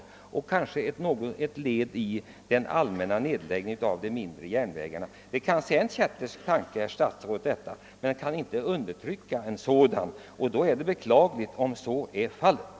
Det är kanske ett led i den allmänna nedläggningen av de mindre järnvägarna. Kanske en kättersk tanke, herr statsråd, men jag kan inte undertrycka en sådan. Det vore dock beklagligt om tanken är riktig.